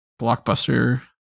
Blockbuster